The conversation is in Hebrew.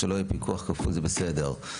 שלא יהיה פיקוח כפול זה בסדר,